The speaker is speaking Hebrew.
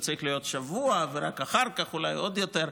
צריך להיות שבוע ורק אחר כך אולי עוד יותר,